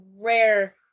rare